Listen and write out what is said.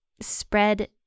spread